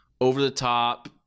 over-the-top